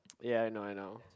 ya I know I know